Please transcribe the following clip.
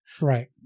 Right